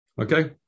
okay